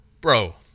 Bro